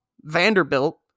Vanderbilt